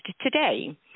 today